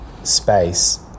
space